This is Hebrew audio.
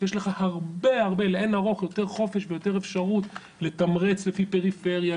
יש לך הרבה-הרבה לאין ערוך יותר חופש ויותר אפשרות לתמרץ לפי פריפריה,